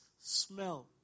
smell